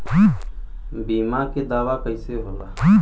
बीमा के दावा कईसे होला?